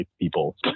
people